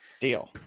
Deal